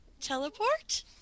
teleport